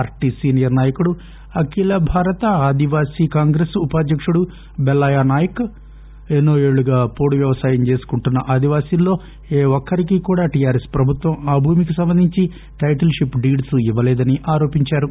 పార్లీ senior నాయకుడు అఖిల భారత ఆదివాసీ కాంగ్రెస్ ఉపాధ్యకుడు బెల్లయ్య నాయక్ ఎన్పో ఏళ్లుగా పోడు వ్యవసాయం చేసుకుంటున్న ఆదివాసీల్లో ఏ ఒక్కరికీ కూడా టీఆర్ఎస్ ప్రభుత్వం ఆ భూమికి సంబంధించి టైటిల్ షిప్ డీడ్స్ ఇవ్వలేదని ఆరోపించారు